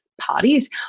parties